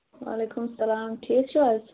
وعلیکُم سَلام ٹھیٖک چھِو حظ